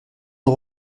nos